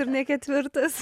ir ne ketvirtas